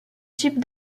types